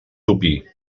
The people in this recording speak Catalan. topí